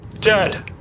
Dead